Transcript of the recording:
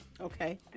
Okay